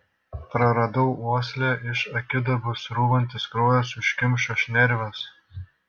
praradau uoslę iš akiduobių srūvantis kraujas užkimšo šnerves